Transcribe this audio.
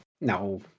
No